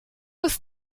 was